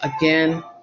again